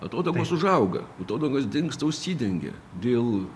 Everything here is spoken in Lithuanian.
atodangos užauga atodangos dingsta užsidengia dėl